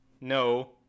No